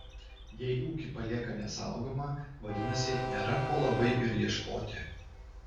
jei ūkį palieka nesaugomą vadinasi nėra ko labai ir ieškoti